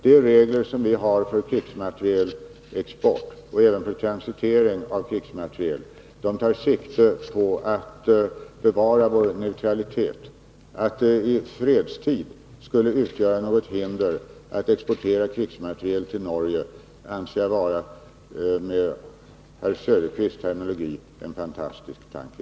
De regler som vi har för krigsmaterielexport, och även för transitering av krigsmateriel, tar sikte på att bevara vår neutralitet. Att det i fredstid skulle finnas något hinder för att exportera krigsmateriel till Norge anser jag vara, med herr Söderqvists terminologi, en fantastisk tanke.